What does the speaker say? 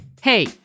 Hey